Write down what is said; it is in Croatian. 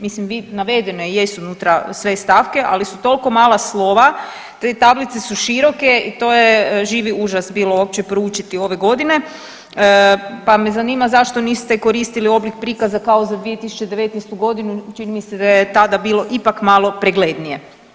Mislim vi, navedene jesu unutra sve stavke ali su toliko mala slova, te tablice su široke i to je živi užas bilo uopće proučiti ove godine, pa me zanima zašto niste koristili oblik prikaza kao za 2019. godinu čini mi se da je tada bilo ipak malo preglednije.